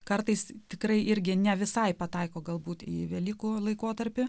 kartais tikrai irgi ne visai pataiko galbūt į velykų laikotarpį